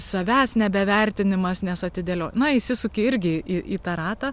savęs nebevertinimas nes atidėlio na įsisuki irgi į į tą ratą